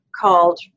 called